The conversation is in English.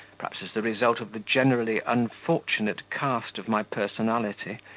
perhaps as the result of the generally unfortunate cast of my personality,